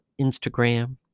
Instagram